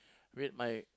wait my